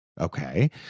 Okay